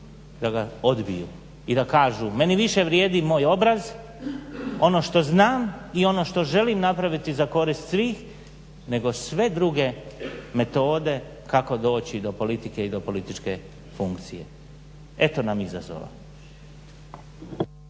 da ga odbiju, i da kažu meni više vrijedi moj obraz, ono što znam i ono što želim napraviti za korist svih nego sve druge metode kako doći do politike i do političke funkcije. Eto nam izazova.